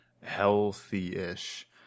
healthy-ish